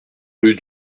rue